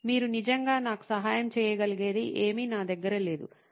మీరు నిజంగా నాకు సహాయం చేయగలిగేది ఏమీ నా దగ్గర లేదు '